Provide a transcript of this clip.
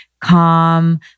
calm